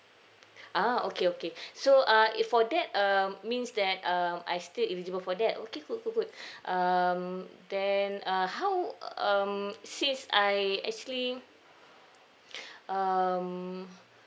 ah okay okay so uh err for that um means that um I still eligible for that okay good good good um then uh how um since I actually um